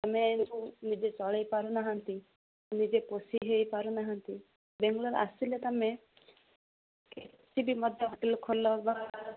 ଆମେ ନିଜେ ଚଳେଇ ପାରୁନାହାନ୍ତି ନିଜେ ପୋଷି ହେଇପାରୁନାହାନ୍ତି ବାଙ୍ଗଲୋର ଆସିଲେ ତୁମେ କିଛି ବି ମଧ୍ୟ ହୋଟେଲ୍ ଖୋଲ ବା